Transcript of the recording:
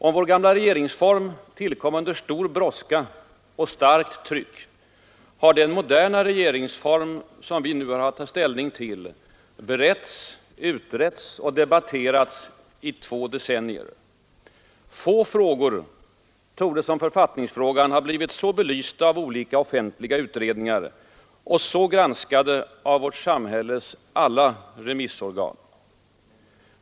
Om vår gamla regeringsform tillkom under stor brådska och starkt tryck, har den moderna regeringsform som vi nu har att ta ställning till beretts, utretts och debatterats i två decennier. Få frågor torde som författningsfrågan ha blivit så belysta av olika offentliga utredningar och så granskade av vårt samhälles alla remissorgan.